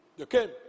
okay